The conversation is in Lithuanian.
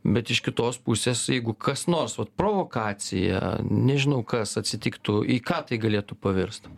bet iš kitos pusės jeigu kas nors vat provokacija nežinau kas atsitiktų į ką tai galėtų pavirst